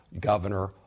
governor